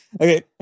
Okay